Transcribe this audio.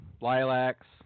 lilacs